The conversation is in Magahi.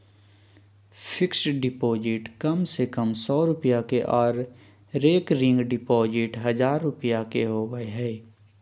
फिक्स्ड डिपॉजिट कम से कम सौ रुपया के आर रेकरिंग डिपॉजिट हजार रुपया के होबय हय